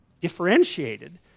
differentiated